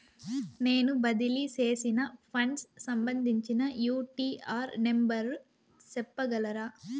నేను బదిలీ సేసిన ఫండ్స్ సంబంధించిన యూ.టీ.ఆర్ నెంబర్ సెప్పగలరా